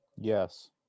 Yes